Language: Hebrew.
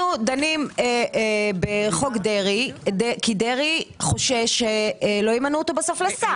אנחנו דנים בחוק דרעי כי דרעי חושש שבסוף לא ימנו אותו לשר.